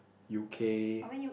U_K